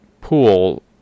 pool